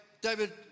david